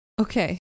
Okay